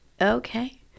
Okay